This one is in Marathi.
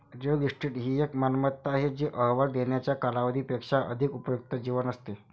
रिअल इस्टेट ही एक मालमत्ता आहे जी अहवाल देण्याच्या कालावधी पेक्षा अधिक उपयुक्त जीवन असते